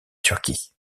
turquie